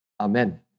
Amen